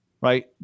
right